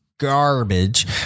garbage